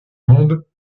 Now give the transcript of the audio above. monde